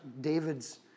David's